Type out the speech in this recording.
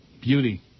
Beauty